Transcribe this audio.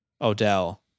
Odell